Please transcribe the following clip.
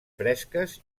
fresques